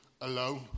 alone